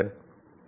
तक पहुँच सकते हैं